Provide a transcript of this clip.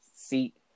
seat